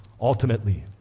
Ultimately